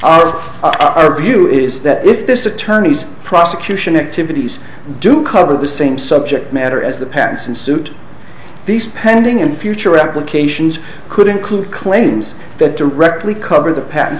our view is that if this attorney's prosecution activities do cover the same subject matter as the patents and suit these pending and future applications could include claims that directly cover the patent